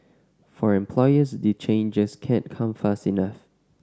for employers the changes can't come fast enough